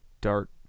Dart